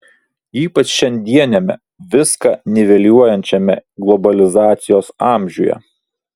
ypač šiandieniame viską niveliuojančiame globalizacijos amžiuje